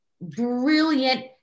Brilliant